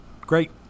Great